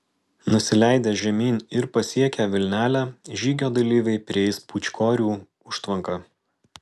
nusileidę žemyn ir pasiekę vilnelę žygio dalyviai prieis pūčkorių užtvanką